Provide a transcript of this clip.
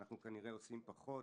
אנחנו כנראה עושים פחות.